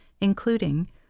including